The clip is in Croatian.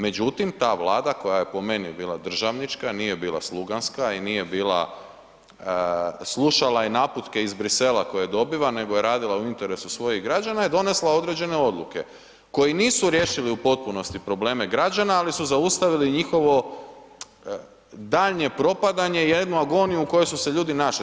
Međutim, ta vlada koja je po meni bila državnička, nije bila sluganska i nije bila, slušala je naputke iz Bruxella koje dobiva, nego radi u interesu svojih građana je donosila određene odluke, koje nisu riješili u potpunosti probleme građana, ali su zaustavili njihovo danje propadanje i jednu agoniju u kojoj su se ljudi našli.